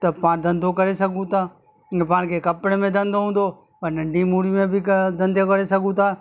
त पाण धंधो करे सघूं ता पाण खे कपड़े में धंधो हूंदो त नंढी मूड़ी में बि धंधो करे सघूं था